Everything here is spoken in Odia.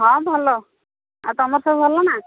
ହଁ ଭଲ ଆଉ ତୁମର ସବୁ ଭଲ ନା